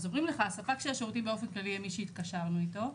אז אומרים לך הספק של השירותים באופן כללי יהיה מי שהתקשרנו איתו.